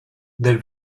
del